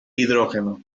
hidrógeno